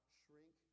shrink